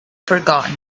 forgotten